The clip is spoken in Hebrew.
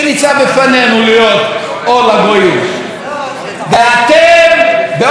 ואתם, באופן שיטתי, באופן עקבי,